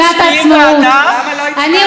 אני רוצה רגע לדבר,